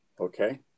Okay